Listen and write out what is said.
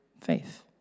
faith